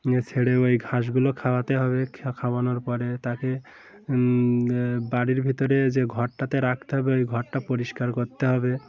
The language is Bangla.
ছেড়ে ওই ঘাসগুলো খাওয়াতে হবে খাওয়ানোর পরে তাকে বাড়ির ভিতরে যে ঘরটাতে রাখতে হবে ওই ঘরটা পরিষ্কার করতে হবে